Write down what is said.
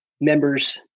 members